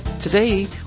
Today